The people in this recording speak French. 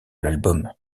l’album